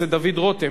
התשע"ב 2012,